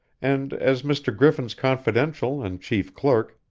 and, as mr. griffin's confidential and chief clerk,